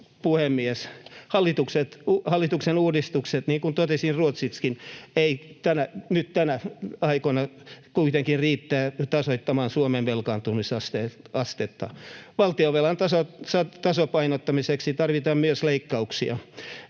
puhemies! Hallituksen uudistukset, niin kuin totesin ruotsiksikin, eivät nyt näinä aikoina kuitenkaan riitä tasoittamaan Suomen velkaantumisastetta. Valtionvelan tasapainottamiseksi tarvitaan myös leikkauksia.